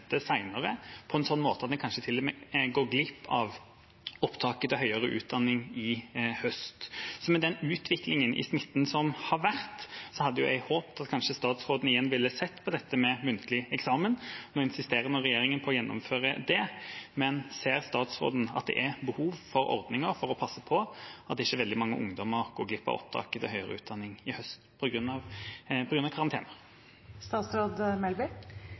på en sånn måte at en kanskje til og med går glipp av opptaket til høyere utdanning i høst. Med den utviklingen i smitte som har vært, hadde jeg håpet at kanskje statsråden igjen ville sett på dette med muntlig eksamen. Nå insisterer regjeringen på å gjennomføre det, men ser statsråden at det er behov for ordninger for å passe på at ikke veldig mange ungdommer går glipp av opptaket til høyere utdanning i høst